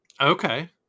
okay